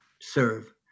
serve